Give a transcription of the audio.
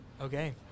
Okay